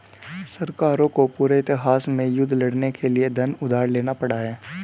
सरकारों को पूरे इतिहास में युद्ध लड़ने के लिए धन उधार लेना पड़ा है